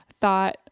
thought